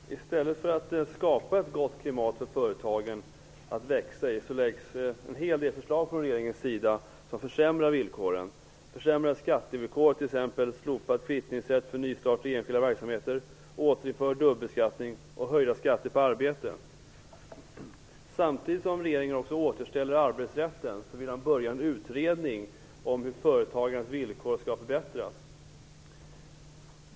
Herr talman! I stället för att skapa ett gott klimat för företagen att växa i lägger regeringen fram en hel del förslag som försämrar villkoren. Man försämrar skattevillkoren, t.ex. slopad kvittningsrätt för nystartade enskilda verksamheter, återinför dubbelbeskattningen och höjer skatten på arbete. Samtidigt som regeringen återställer arbetsrätten vill man tillsätta en utredning om hur företagens villkor skall förbättras.